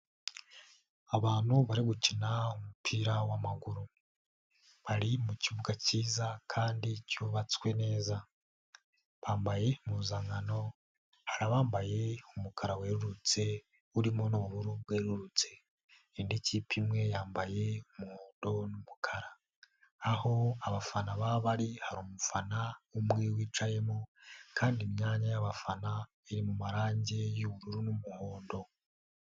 abantu bari gukina umupira w'amaguru bari mu kibuga cyiza kandi cyubatswe neza, bambaye impuzankano, hari abambaye umukara werurutse urimo n'ubururu bwerurutse, indi kipe imwe yambaye umuhondo n'umukara, aho abafana baba bari hari umufana umwe wicayemo kandi imyanya y'abafana iri mu marangi y'ubururu n'umuhondo.